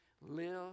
live